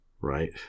right